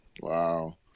Wow